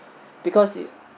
because it's